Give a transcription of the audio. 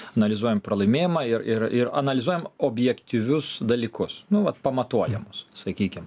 analizuojam pralaimėjimą ir ir ir analizuojam objektyvius dalykus nu vat pamatuojamus sakykim